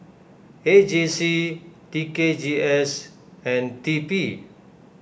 A J C T K G S and T P